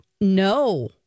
No